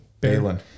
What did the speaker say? Balin